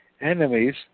enemies